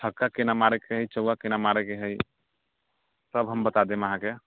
छक्का केना मारैके है चौका केना मारैके है सब हम बता देब अहाँके